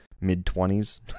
mid-twenties